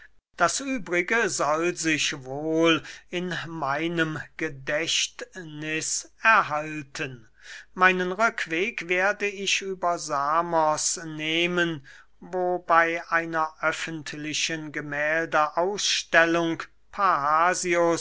das übrige soll sich wohl in meinem gedächtniß erhalten meinen rückweg werde ich über samos nehmen wo bey einer öffentlichen